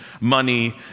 money